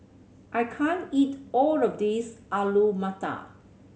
I can't eat all of this Alu Matar